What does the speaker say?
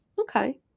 okay